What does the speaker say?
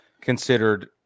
considered